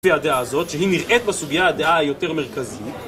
...הדעה הזאת שהיא נראית בסוגיה הדעה היותר מרכזית